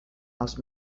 els